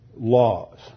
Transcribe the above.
laws